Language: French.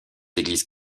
églises